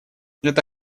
это